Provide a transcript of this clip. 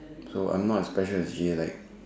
so I'm not as special as J like